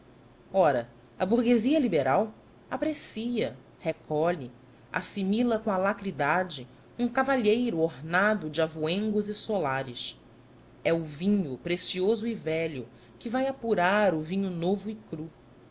ora a burguesia liberal aprecia recolhe assimila com alacridade um cavalheiro ornado de avoengos e solares é o vinho precioso e velho que vai apurar o vinho novo e cru